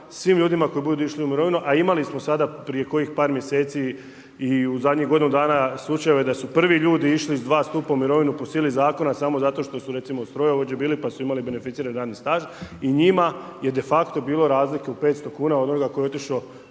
svim ljudima koji budu išli u mirovinu, a imali smo sada prije kojih par mjeseci i u zadnjih godinu dana slučajeve da su prvi ljudi išli s II. stupa u mirovinu po sili zakona samo zato jer su recimo strojovođe bili pa su imali beneficirani radni staž i njima je defakto bilo razlike u 500 kuna od onoga tko je otišao